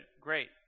great